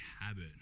habit